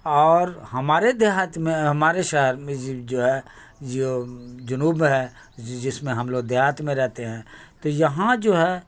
اور ہمارے دیہات میں ہمارے شہر میں جو ہے جو جنوب میں ہے جس میں ہم لوگ دیہات میں رہتے ہیں تو یہاں جو ہے